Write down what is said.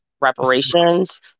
reparations